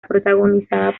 protagonizada